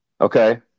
Okay